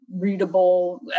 readable